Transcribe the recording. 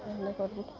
তেনেকুৱাবোৰ